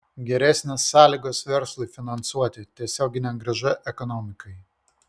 geresnės sąlygos verslui finansuoti tiesioginė grąža ekonomikai